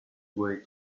way